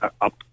up